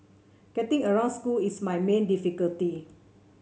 getting around school is my main difficulty